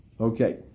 Okay